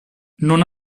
non